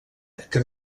que